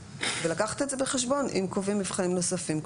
ולקחת את זה בחשבון אם קובעים מבחנים נוספים,